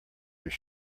your